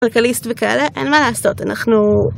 כלכליסט וכאלה, אין מה לעשות, אנחנו...